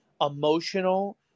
emotional